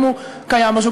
אם הוא קיים בשוק,